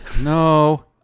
No